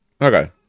Okay